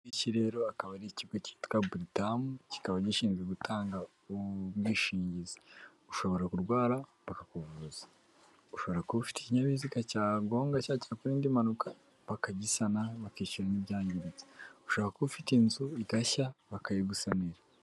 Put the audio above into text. Iki rero akaba ari ikigo cyitwa buritamu, kikaba gishinzwe gutanga ubwishingizi. Ushobora kurwara bakakuvuza, ushobora kuba ufite ikinyabiziga cyagongwa cyangwa cyakora indi mpanuka bakagisana, bakishyura n'ibyangiritse, ushobora kuba ufite inzu igashya bakayigusanira.